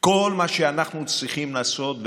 כל מה שאנחנו צריכים לעשות,